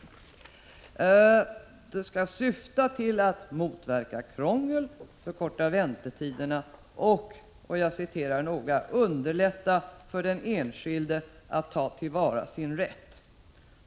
Förslagen skall syfta till att motverka krångel, förkorta väntetiderna och ”underlätta för den enskilde att ta till vara sin rätt”.